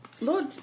Lord